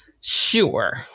Sure